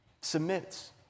submits